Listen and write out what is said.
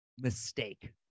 mistake